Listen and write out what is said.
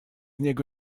niego